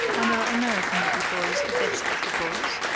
and are american little boys the best little boys?